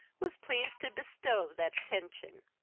was pleased to bestow that attention.